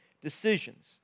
decisions